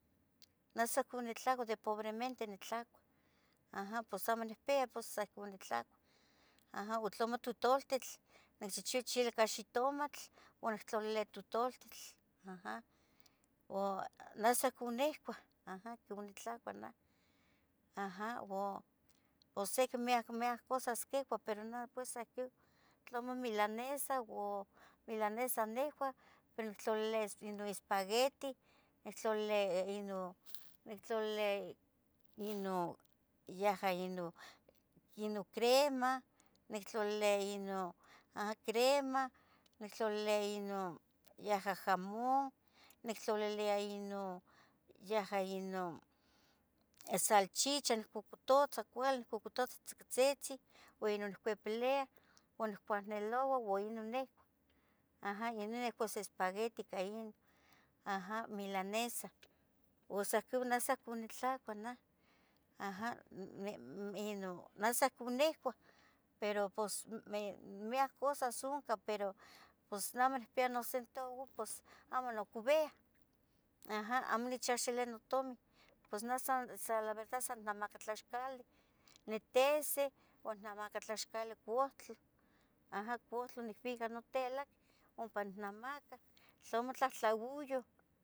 neh san ohconi nitlacua de pobremente, nitlacua naj pos amo nicpiya san ohcon nitlacua aja. o Tlamo totultitl, nichihchiua chili ica xitomatl, uan nictlalilia totultitl, nah san nicuah, ajan ohcon nitlacua naj ohsiqui miyac cosas quicuah pero neh Tlamo n milaneza, milaneza nicuah, nictlalilia noespagueti, nictlolili yaja Inon crema, nictlolilia yaja jamón, nictlolilia ino yaja inon salchicha nicocototza, cuali nicocototza tzicotzitzin uan Inon niccuipiliya uan niccualniloua uan ino nicuah, aja inon espaguet inon milaneza,… neh san ohcon nitlacuah, neh san ohcon nicuah, pero pos miyac cosas oncah, pero pos neh amo nicpia nocentago amo nocovia, amo nechahsilia notomin Neh la verdad san innamaca tlaxcalih, nitisih o nicnamaca tlaxcalih cohtloh, cohtloh nicvica notelac ompa innamaca tlamo tlahtlaoyoh